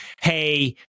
hey